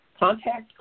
Contact